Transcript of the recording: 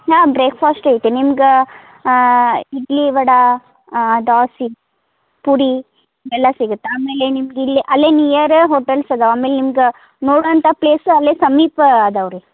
ಹಾಂ ಬ್ರೇಕ್ಫಾಸ್ಟ್ ಐತಿ ನಿಮಗೆ ಇಡ್ಲಿ ವಡೆ ದೋಸೆ ಪುಡಿ ಎಲ್ಲ ಸಿಗುತ್ತೆ ಆಮೇಲೆ ನಿಮ್ಗೆ ಇಲ್ಲಿ ಅಲ್ಲೆ ನಿಯರ್ ಹೋಟೆಲ್ಸ್ ಅದಾವ ಆಮೇಲೆ ನಿಮ್ಗೆ ನೋಡೋಂಥ ಪ್ಲೇಸ್ ಅಲ್ಲೇ ಸಮೀಪ ಅದಾವ ರೀ